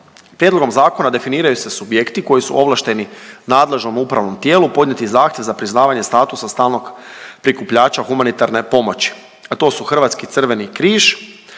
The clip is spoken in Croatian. Prijedlogom zakona definiraju se subjekti koji su ovlašteni nadležnom upravnom tijelu podnijeti zahtjev za priznavanje statusa stalnog prikupljača humanitarne pomoći, a to su Hrvatski Crveni križ,